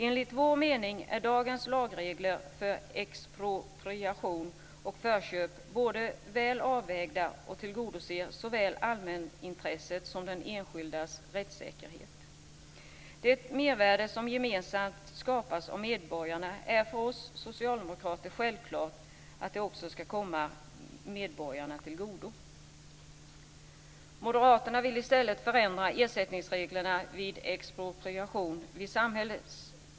Enligt vår mening är dagens lagregler för expropriation och förköp väl avvägda och tillgodoser såväl allmänintresset som den enskildes rättssäkerhet. Det mervärde som gemensamt skapats av medborgarna är för oss socialdemokrater självklart att det också ska komma medborgarna till godo. Moderaterna vill i stället förändra ersättningsreglerna vid expropriation.